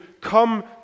come